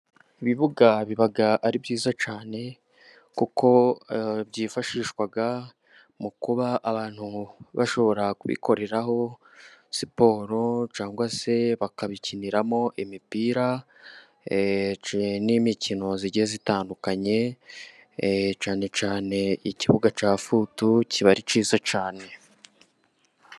Ibibuga biba ari byiza cyane kuko byifashishwa mu kuba abantu bashobora kubikoreraho siporo, cyanwa se bakabikiniramo imipira n'imikino igiye itandukanye, cyane cyane ikibuga cya futu kiba ari cyiza cyane.